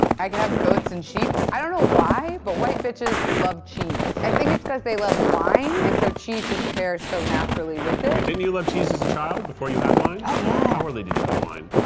i can have goat's and sheep's. i don't know why but white bitches love cheese. i think it's because they love wine, and so cheese just pairs so naturally with it. but didn't you love cheese as a child before you had wine? oh yeah. how early did you have wine?